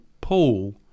Paul